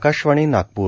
Akashvani Nagpur